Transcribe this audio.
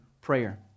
prayer